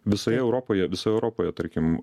visoje europoje visoje europoje tarkim